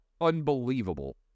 unbelievable